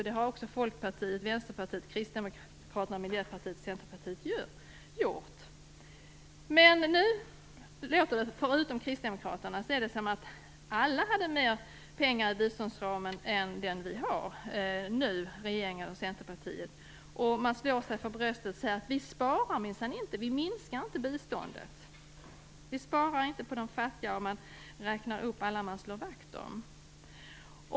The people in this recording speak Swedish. Det gäller Folkpartiet, Vänsterpartiet, Kristdemokraterna, Förutom Kristdemokraterna verkar nu alla ha mer pengar i biståndsramen än vad regeringen och Centerpartiet nu har föreslagit. Man slår sig för bröstet och säger: Vi minskar inte biståndet. Vi sparar minsann inte på de fattiga. Sedan räknar man upp alla man slår vakt om.